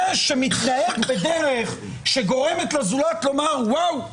זה שמתנהג בדרך שגורמת לזולת לומר: "וואו,